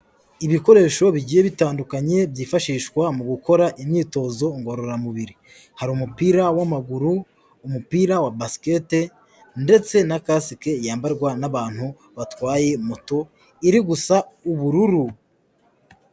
Ibikoresho bigiye bitandukanye byifashishwa mu gukora imyitozo ngororamubiri, hari umupira w'amaguru, umupira wa Basket ndetse na kasike yambarwa n'abantu batwaye moto iri gusa ubururu.